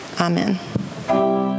Amen